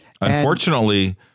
Unfortunately